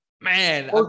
man